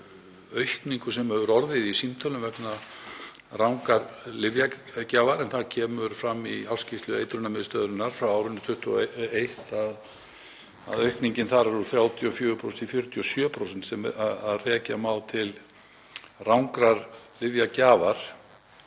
aukningu sem hefur orðið á símtölum vegna rangrar lyfjagjafar en það kemur fram í ársskýrslu Eitrunarmiðstöðvarinnar frá árinu 2021 að aukningin þar er úr 34% í 47% sem rekja má til rangrar lyfjagjafar